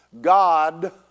God